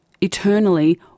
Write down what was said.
eternally